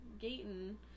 Gayton